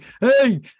hey